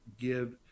give